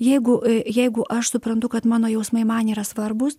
jeigu jeigu aš suprantu kad mano jausmai man yra svarbūs